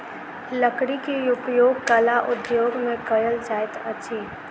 लकड़ी के उपयोग कला उद्योग में कयल जाइत अछि